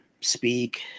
speak